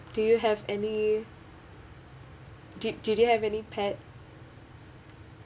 do you have any did did you have any pet